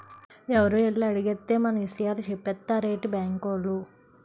ఎవరో ఎల్లి అడిగేత్తే మన ఇసయాలు సెప్పేత్తారేటి బాంకోలు?